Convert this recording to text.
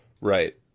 Right